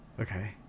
Okay